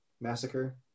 massacre